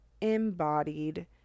embodied